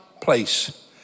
place